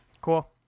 Cool